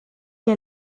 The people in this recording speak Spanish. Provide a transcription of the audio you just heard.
que